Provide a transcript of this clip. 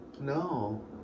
No